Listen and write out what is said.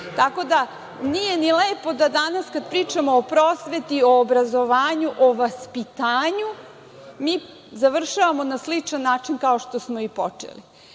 briga. Nije lepo da danas kada pričamo o prosveti, o obrazovanju, o vaspitanju, mi završavamo na sličan način kao što smo i počeli. Još